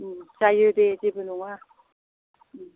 जायो दे जेबो नङा